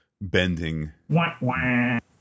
bending